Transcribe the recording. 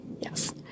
Yes